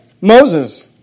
Moses